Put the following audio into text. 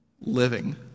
living